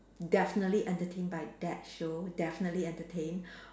definitely entertained by that show definitely entertained